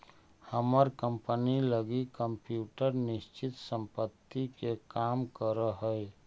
हमर कंपनी लगी कंप्यूटर निश्चित संपत्ति के काम करऽ हइ